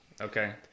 Okay